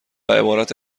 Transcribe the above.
عبارت